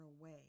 away